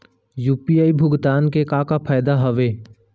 UPI भुगतान के का का फायदा हावे?